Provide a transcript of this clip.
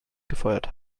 gefeuert